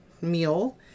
meal